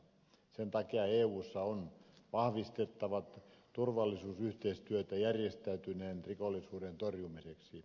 sen takia eussa on vahvistettava turvallisuusyhteistyötä järjestäytyneen rikollisuuden torjumiseksi